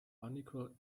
unequal